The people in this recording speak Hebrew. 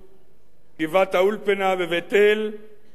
שכונת-האולפנה בבית-אל איננה מגרון,